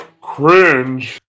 cringe